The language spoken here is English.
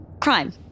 crime